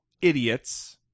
idiots